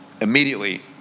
immediately